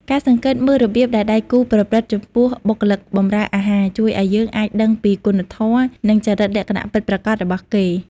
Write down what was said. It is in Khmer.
ការសង្កេតមើលរបៀបដែលដៃគូប្រព្រឹត្តចំពោះបុគ្គលិកបម្រើអាហារ ជួយឱ្យយើងអាចដឹងពីគុណធម៌ និងចរិតលក្ខណៈពិតប្រាកដរបស់គេ។